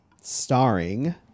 Starring